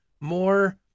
more